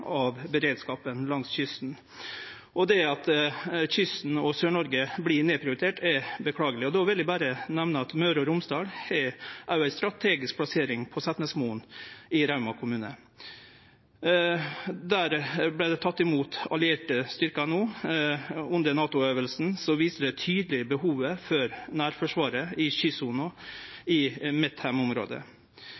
av beredskapen langs kysten, og at kysten og Sør-Noreg vert nedprioriterte, er beklageleg. Då vil eg berre nemne at Møre og Romsdal har òg ei strategisk plassering, på Setnesmoen i Rauma kommune. Der vart det teke imot allierte styrkar under NATO-øvinga, og då såg ein tydeleg behovet for nærforsvaret i